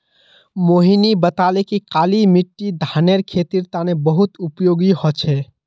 मोहिनी बताले कि काली मिट्टी धानेर खेतीर तने बहुत उपयोगी ह छ